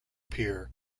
pier